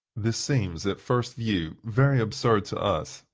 this seems, at first view, very absurd to us,